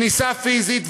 כניסה פיזית,